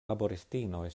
laboristinoj